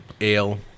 ale